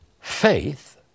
faith